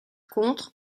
contre